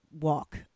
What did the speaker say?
walk